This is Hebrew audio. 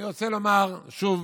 אני רוצה לומר שוב